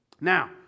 Now